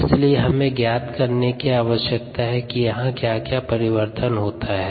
इसलिए हमें यह ज्ञात करने की आवश्यकता है कि यहां क्या क्या परिवर्तन होता हैं